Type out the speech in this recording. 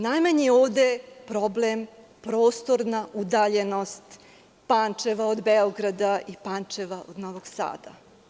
Najmanji je ovde problem prostorna udaljenost Pančevo od Beograda i Pančeva od Novog Sada.